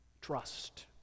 trust